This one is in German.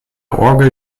orgel